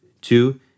two